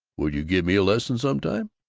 would you give me a lesson some time?